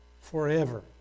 forever